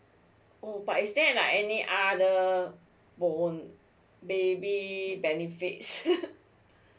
oh but is there like any other bon~ baby benefits